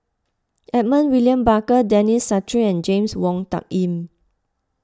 Edmund William Barker Denis Santry and James Wong Tuck Yim